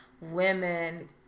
women